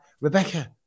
Rebecca